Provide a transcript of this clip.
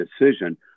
decision